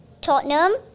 Tottenham